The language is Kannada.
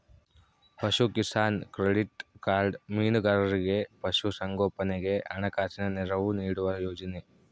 ಪಶುಕಿಸಾನ್ ಕ್ಕ್ರೆಡಿಟ್ ಕಾರ್ಡ ಮೀನುಗಾರರಿಗೆ ಪಶು ಸಂಗೋಪನೆಗೆ ಹಣಕಾಸಿನ ನೆರವು ನೀಡುವ ಯೋಜನೆ